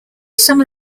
some